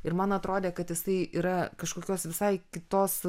ir man atrodė kad jisai yra kažkokios visai kitos